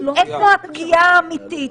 איפה הפגיעה האמיתית.